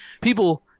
people